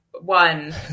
one